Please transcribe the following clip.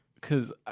cause